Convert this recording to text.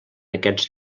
aquests